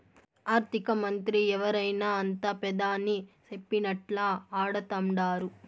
ఆర్థికమంత్రి ఎవరైనా అంతా పెదాని సెప్పినట్లా ఆడతండారు